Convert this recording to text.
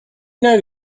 know